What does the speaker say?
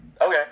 Okay